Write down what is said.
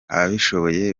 ababishoboye